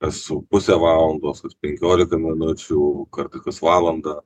esu pusę valandos penkioliką minučių kartą kas valandą